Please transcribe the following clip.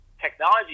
technology